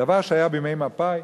דבר שהיה בימי מפא"י.